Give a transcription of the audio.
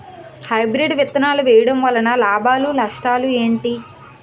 Hybrid విత్తనాలు వేయటం వలన లాభాలు నష్టాలు ఏంటి?